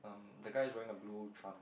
um the guy is wearing a blue trunk